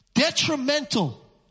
detrimental